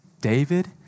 David